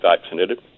vaccinated